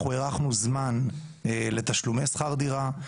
אנחנו הארכנו זמן לתשלומי שכר דירה,